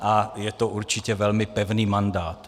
A je to určitě velmi pevný mandát.